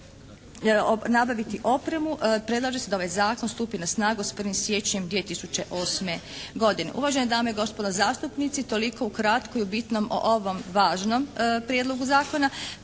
nabaviti opremu predlaže se da ovaj zakon stupi na snagu s 1. siječnjem 2008. godine. Uvažene dame i gospodo zastupnici toliko ukratko i u bitno o ovom važnom prijedlogu zakona.